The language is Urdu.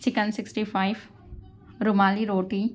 چکن سکسٹی فائیف رومالی روٹی